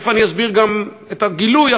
התלהבתי כשראיתי את הרב ליצמן אומר לנו,